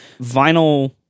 vinyl